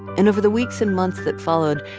and over the weeks and months that followed,